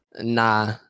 Nah